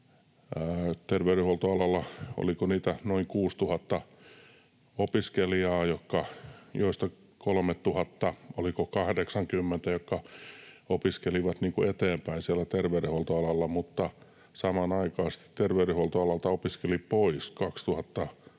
terveydenhuoltoalalla, oliko niitä noin 6 000 opiskelijaa, ja oliko heistä 3 080, jotka opiskelivat eteenpäin siellä terveydenhuoltoalalla, mutta samanaikaisesti terveydenhuoltoalalta opiskeli pois 2